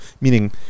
meaning